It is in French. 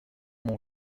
mon